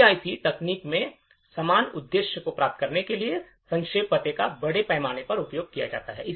PIC तकनीक में समान उद्देश्य को प्राप्त करने के लिए सापेक्ष पते का बड़े पैमाने पर उपयोग किया जाता है